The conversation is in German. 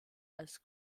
als